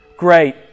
Great